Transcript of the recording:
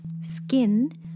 skin